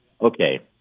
okay